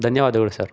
ಧನ್ಯವಾದಗಳು ಸರ್